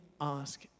ask